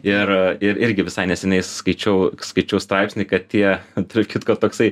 ir ir irgi visai neseniai skaičiau skaičiau straipsnį kad tie tarp kitko toksai